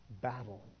battle